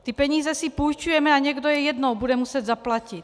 Ty peníze si půjčujeme a někdo je jednou bude muset zaplatit.